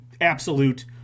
absolute